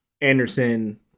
Anderson